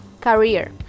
career